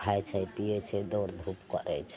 खाइ छै पीयै छै दौड़ धूप करय छै